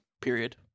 Period